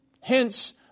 Hence